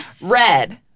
red